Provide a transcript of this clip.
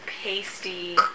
pasty